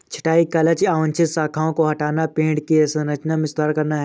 छंटाई का लक्ष्य अवांछित शाखाओं को हटाना, पेड़ की संरचना में सुधार करना है